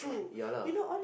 ya lah